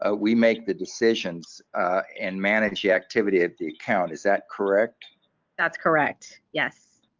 ah we make the decisions and manage activity at the account is that correct that's correct yes.